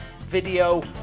video